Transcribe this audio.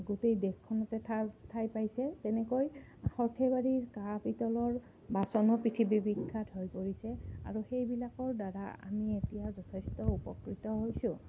গোটেই দেশখনতে ঠাই ঠাই পাইছে তেনেকৈ সৰ্থেবাৰীৰ কাঁহ পিতলৰ বাচনো পৃথিৱী বিখ্যাত হৈ পৰিছে আৰু সেইবিলাকৰ দ্বাৰা আমি এতিয়া যথেষ্ট উপকৃত হৈছোঁ